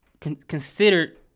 considered